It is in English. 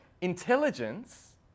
Intelligence